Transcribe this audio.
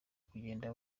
kugenda